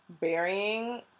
burying